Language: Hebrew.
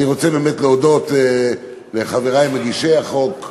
אני רוצה באמת להודות לחברי מגישי החוק,